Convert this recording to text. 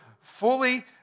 fully